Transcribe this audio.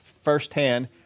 firsthand